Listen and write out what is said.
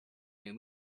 new